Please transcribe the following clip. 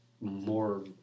more